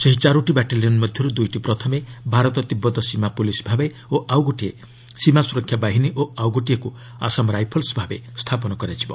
ଏହି ଚାରୋଟି ବାଟାଲିୟନ୍ ମଧ୍ୟରୁ ଦୁଇଟି ପ୍ରଥମେ ଭାରତ ତୀବ୍ଦତ ସୀମା ପୁଲିସ୍ ଭାବେ ଓ ଆଉ ଗୋଟିଏ ସୀମା ସୁରକ୍ଷା ବାହିନୀ ଓ ଆଉ ଗୋଟିଏକୁ ଆସାମ ରାଇଫଲ୍ମ ଭାବେ ସ୍ଥାପନ କରାଯିବ